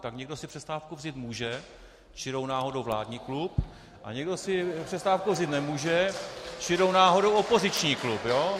Tak někdo si přestávku vzít může, čirou náhodou vládní klub, a někdo si přestávku vzít nemůže, čirou náhodou opoziční klub.